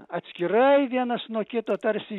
atskirai vienas nuo kito tarsi